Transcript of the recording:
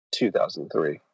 2003